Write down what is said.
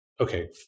Okay